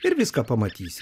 ir viską pamatysi